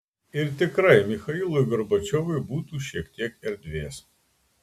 ir tikrai michailui gorbačiovui būtų šiek tiek erdvės